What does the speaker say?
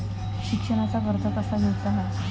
शिक्षणाचा कर्ज कसा घेऊचा हा?